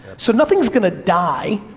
so, nothing's gonna die.